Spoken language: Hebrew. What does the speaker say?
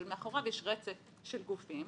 אבל מאחוריו יש רצף של גופים,